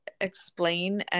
explain